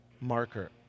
marker